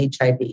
HIV